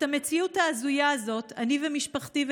את המציאות ההזויה הזאת אני ומשפחתי,